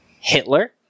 Hitler